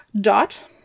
Dot